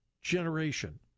generation